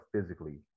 physically